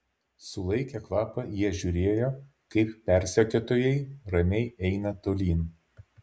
sulaikę kvapą jie žiūrėjo kaip persekiotojai ramiai eina tolyn